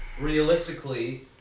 realistically –